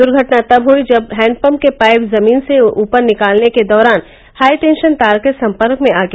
दुर्घटना तब हुयी जब हैण्डपम्प के पाइप जमीन से ऊपर निकालने के दौरान हाई टेंशन तार के सम्पर्क में आ गया